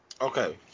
okay